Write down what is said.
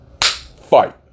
Fight